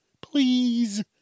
Please